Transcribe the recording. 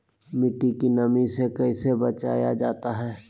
मट्टी के नमी से कैसे बचाया जाता हैं?